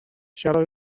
shallow